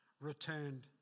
returned